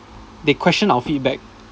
they question our feedback